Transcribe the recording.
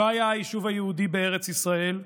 לא היה היישוב היהודי בארץ ישראל,